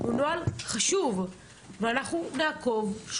הוא נוהל חשוב, ואנחנו נעקוב אחרי זה שהוא יתקיים.